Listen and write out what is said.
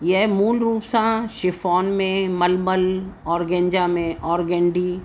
हीअ मूल रुप सां शिफॉन में मलमल ऑर्गेंजा में ऑरगेंडी